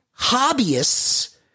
hobbyists